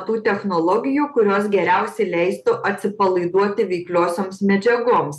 tų technologijų kurios geriausiai leistų atsipalaiduoti veikliosioms medžiagoms